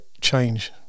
change